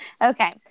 Okay